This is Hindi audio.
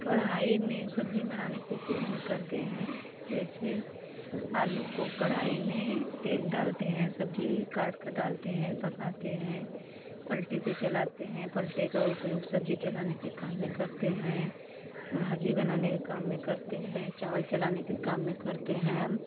कढ़ाई में सब्ज़ी बनाने के उपयोग में करते हैं जैसे आलू को कड़ाही में तेल डालते हैं सब्ज़ी काट कर डालते हैं पकाते हैं पलटे से चलाते हैं पलटे का उपयोग सब्ज़ी चलाने के काम में करते हैं भाजी बनाने के काम में करते हैं चावल चलाने के काम में करते हैं